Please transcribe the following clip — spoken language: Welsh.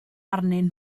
arnyn